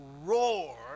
roar